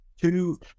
Two